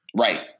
Right